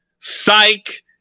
psych